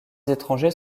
étrangers